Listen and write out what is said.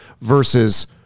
versus